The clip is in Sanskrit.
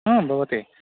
ह भवति